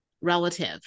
relative